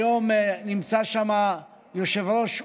היום נמצא שם יושב-ראש,